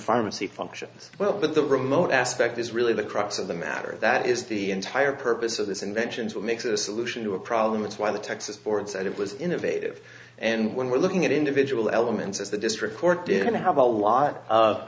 pharmacy functions well but the remote aspect is really the crux of the matter that is the entire purpose of this inventions what makes it a solution to a problem and why the texas board said it was innovative and when we're looking at individual elements of the district court is going to have a lot of